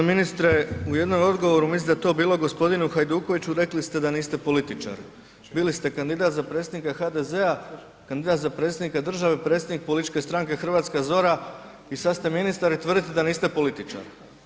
g. Ministre u jednom odgovoru mislim da je to bilo g. Hajdukoviću rekli ste da niste političar, bili ste kandidat za predsjednika HDZ-a, kandidat za predsjednika države, predsjednik političke stranke Hrvatska zora i sad ste ministar i tvrdite da niste političar.